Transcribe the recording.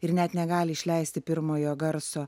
ir net negali išleisti pirmojo garso